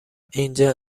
اینجا